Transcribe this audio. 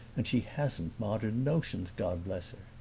and she hasn't modern notions, god bless her!